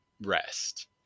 rest